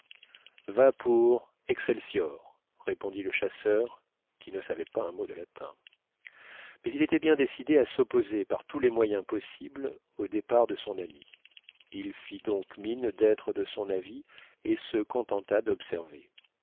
va pour excelsior répondit le chasseur qui ne savait pas un mot de latin mais il était bien décidé à s'opposer par tous les moyens possibles au départ de son ami il fit donc mine d'être de son avis et se contenta d'observer